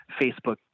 Facebook